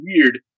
weird